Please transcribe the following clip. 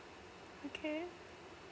okay